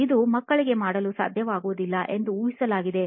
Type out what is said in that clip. ಇದು ಮಕ್ಕಳಿಗೆ ಮಾಡಲು ಸಾಧ್ಯವಾಗುವುದಿಲ್ಲ ಎಂದು ಊಹಿಸಲಾಗಿದೆ